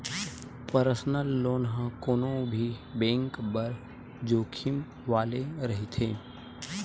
personal loan ह कोनो भी बेंक बर जोखिम वाले रहिथे